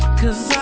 cause